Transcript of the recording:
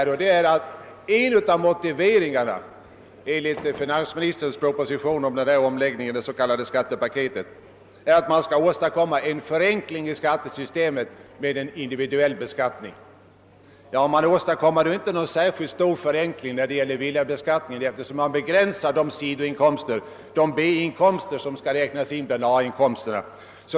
En av motiveringarna för individuell beskattning enligt finansministerns proposition, det s.k. skattepaketet, är att man skall åstadkomma en förenkling i skattesystemet. Men man åstadkommer inte någon särskilt stor förenkling när det t.ex. gäller villabeskattningen, eftersom man begränsar de sidoinkomster, de B-inkomster, som får räknas in bland A-inkomsterna.